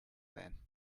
then